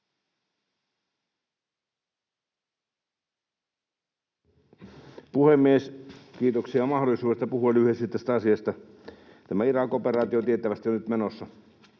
puhemies! Kiitoksia mahdollisuudesta puhua lyhyesti tästä asiasta. Tämä Irak-operaatio tiettävästi on nyt menossa,